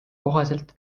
kohaselt